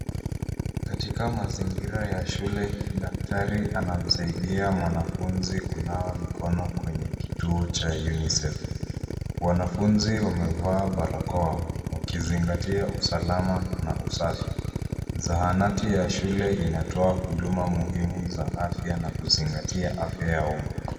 Katioka mazingira ya shule, daktari anamsaidia mwanafunzi kunawa mikono kwenye kituo cha UNICEF . Wanafunzi wamevaa barakoa, wakizingatia usalama na usafi. Zahanati ya shule inatoa huduma muhimu za afya na kuzingatia afya ya umma.